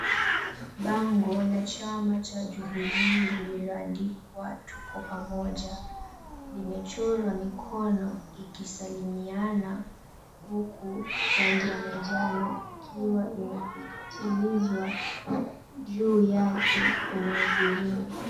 Bango la chama cha Jubilee lililoandikwa tuko pamoja. Limechorwa mikono ikisalimiana huku rangi ya manjano ikiwa imepitilizwa juu yake kwenye mviringo.